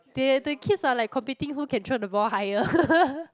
they the kids are like competing who can throw the ball higher